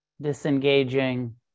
disengaging